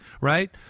right